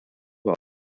war